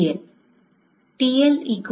T L T 0 T 2 T 5